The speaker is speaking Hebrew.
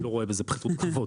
אני לא רואה בזה פחיתות כבוד,